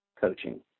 coaching